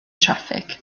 traffig